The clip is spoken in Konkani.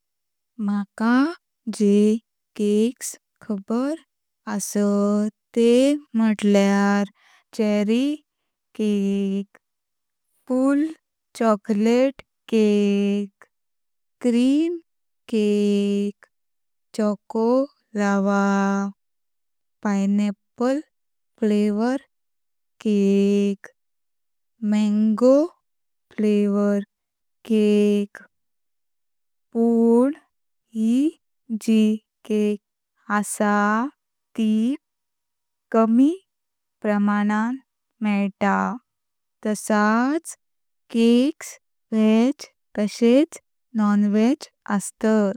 मका जे केकस खबर असात ते म्हुटल्यार cherry cake, full chocolate cake, cream cake, choco lava. Pineapple flavour cake, mango flavour cake पण ह्यी जी केक असा त कमी प्रमाणान मळ्ता। तसच केकस वेग तसहेच नॉनवेज असतात।